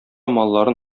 малларын